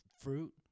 fruit